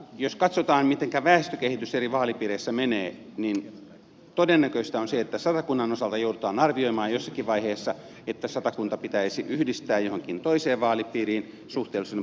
jos katsotaan mitenkä väestökehitys eri vaalipiireissä menee niin todennäköistä on se että satakunnan osalta joudutaan arvioimaan jossakin vaiheessa että satakunta pitäisi yhdistää johonkin toiseen vaalipiiriin suhteellisuuden parantamiseksi